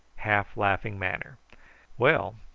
half laughing manner well,